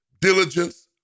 Diligence